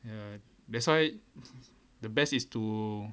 ya that's why the best is to